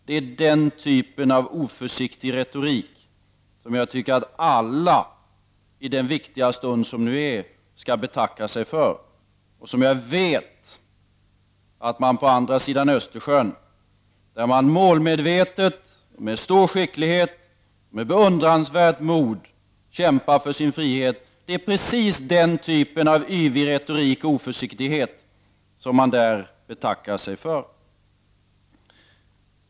Den typen av yvighet och oförsiktig retorik tycker jag att alla i denna viktiga stund skall undvika, och jag vet att man betackar sig för den på andra sidan Östersjön, där man målmedvetet, med stor skicklighet och beundransvärt mod kämpar för sin frihet.